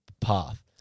path